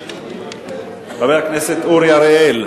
חבר הכנסת אורי אריאל,